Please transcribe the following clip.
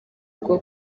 rwo